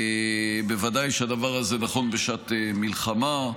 בוודאי שהדבר הזה נכון בשעת מלחמה.